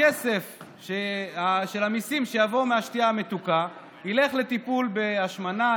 הכסף של המיסים שיבוא מהשתייה המתוקה ילך לטיפול בהשמנה,